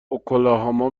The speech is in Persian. اوکلاهاما